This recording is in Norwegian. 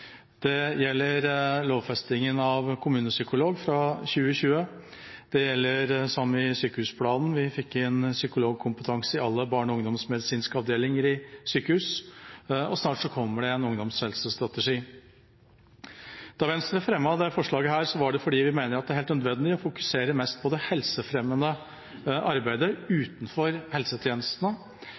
det gjelder psykisk helse. Det gjelder lovfestingen av kommunepsykolog fra 2020, og det gjelder sykehusplanen, der vi fikk inn psykologkompetanse i alle barne- og ungdomsmedisinske avdelinger i sykehus. Snart kommer det også en ungdomshelsestrategi. Da Venstre fremmet dette forslaget, var det fordi vi mente det var helt nødvendig å fokusere mest på det helsefremmende arbeidet utenfor helsetjenestene